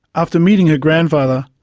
after meeting her grandfather,